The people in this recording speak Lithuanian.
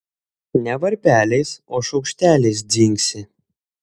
ne varpeliais o šaukšteliais dzingsi